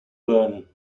byrne